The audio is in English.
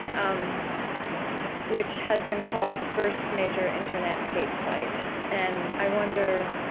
um which has been called the first major internet hate site. and i wonder,